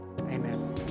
amen